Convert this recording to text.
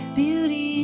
beauty